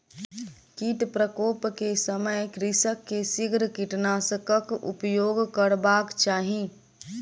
कीट प्रकोप के समय कृषक के शीघ्र कीटनाशकक उपयोग करबाक चाही